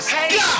Hey